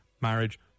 marriage